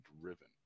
driven